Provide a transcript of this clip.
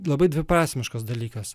labai dviprasmiškas dalykas